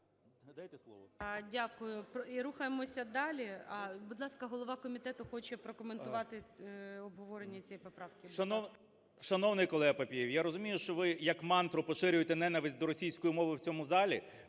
Дякую. І рухаємося далі. А, будь ласка, голова комітету хоче прокоментувати обговорення цієї поправки.